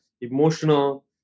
emotional